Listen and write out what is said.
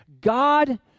God